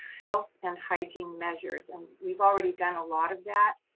health and hygiene measures. and we've already done a lot of that.